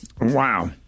Wow